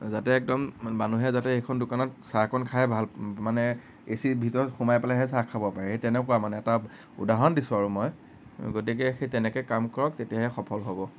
যাতে একদম মানুহে যাতে সেইখন দোকানত চাহকণ খাই ভাল মানে এ চিৰ ভিতৰত সোমাই পেলাইহে চাহ খাব পাৰে সেই তেনেকুৱা মানে এটা উদাহৰণ দিছোঁ আৰু মই গতিকে সেই তেনেকৈ কাম কৰক তেতিয়াহে সফল হ'ব